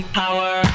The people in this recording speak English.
power